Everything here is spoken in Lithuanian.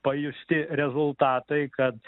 pajusti rezultatai kad